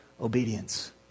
obedience